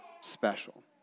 special